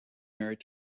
married